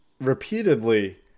repeatedly